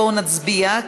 בואו נצביע,